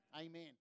Amen